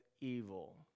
evil